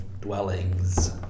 dwellings